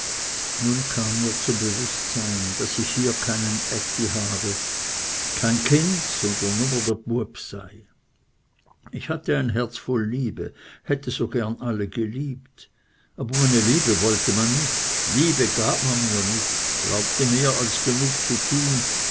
nun kam mir zum bewußtsein daß ich hier keinen ätti habe kein kind sondern nume dr bueb sei ich hatte ein herz voll liebe hätte so gerne alle geliebt aber meine liebe wollte man nicht liebe gab man mir nicht glaubte mehr als genug zu tun